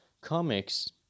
comics